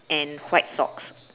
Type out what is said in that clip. and white socks